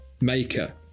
maker